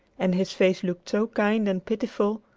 and his face looked so kind and pitiful,